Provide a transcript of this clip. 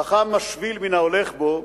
חכם השביל מן ההולך בו,